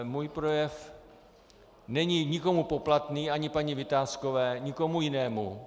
Můj projev není nikomu poplatný, ani paní Vitáskové ani nikomu jinému.